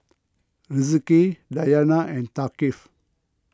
Rizqi Dayana and Thaqif